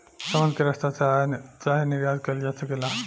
समुद्र के रस्ता से आयात चाहे निर्यात कईल जा सकेला